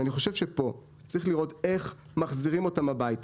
אני חושב שפה צריך לראות איך מחזירים אותם הביתה.